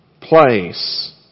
place